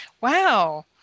Wow